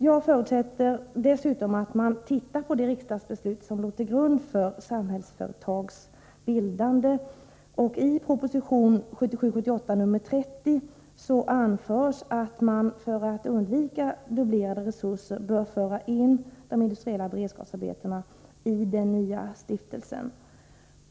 Jag förutsätter dessutom att man studerar det riksdagsbeslut som låg till grund för Samhällsföretags bildande. I proposition 1977/78:30 anförs att man för att undvika dubblerande av resurser bör föra in de industriella beredskapsarbetena i den nya stiftelsen.